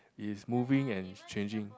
is moving and changing